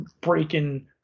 breaking